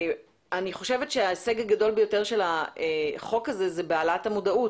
אני חושבת שההישג הגדול ביותר של החוק הזה הוא בהעלאת המודעות.